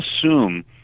assume